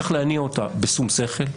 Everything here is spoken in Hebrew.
צריך להניע אותה בשום שכל,